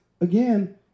again